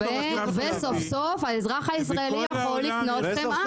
וסוף-סוף האזרח הישראלי יכול לקנות חמאה,